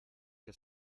que